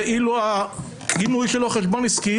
ואם יש לו חשבון עסקי,